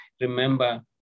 remember